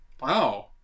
Wow